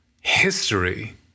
history